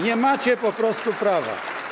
Nie macie po prostu prawa.